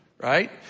Right